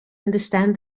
understand